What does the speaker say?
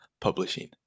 publishing